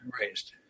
raised